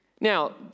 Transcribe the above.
Now